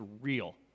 real